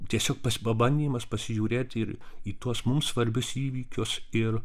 tiesiog pabandymas pasižiūrėt ir į tuos mums svarbius įvykius ir